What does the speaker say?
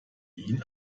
ihn